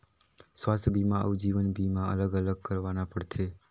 स्वास्थ बीमा अउ जीवन बीमा अलग अलग करवाना पड़थे?